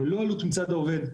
ללא עלות מצד העובד.